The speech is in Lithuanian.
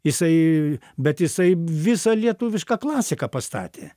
jisai bet jisai visą lietuvišką klasiką pastatė